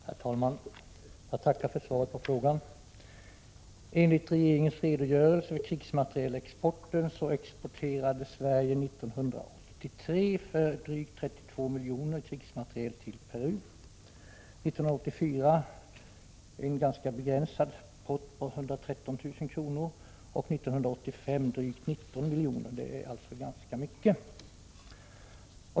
Herr talman! Jag tackar för svaret på frågan. Enligt regeringens redogörelse över krigsmaterielexporten exporterade Sverige krigsmateriel 1983 för drygt 32 milj.kr. till Peru. År 1984 var exporten ganska begränsad, 113 000 kr., och 1985 drygt 19 miljoner, vilket alltså är ganska mycket.